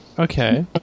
Okay